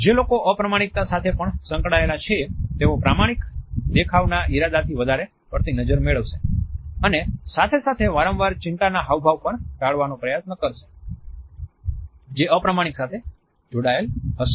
જે લોકો અપ્રમાણિકતા સાથે પણ સંકળાયેલા છે તેઓ પ્રામાણિક દેખાવના ઇરાદાથી વધારે પડતી નજર મેળવશે અને સાથે સાથે વારંવાર ચિંતા ના હાવભાવ પણ ટાળવાનો પ્રયાસ કરશે જે અપ્રમાણિકતા સાથે જોડાયેલ હશે